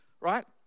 right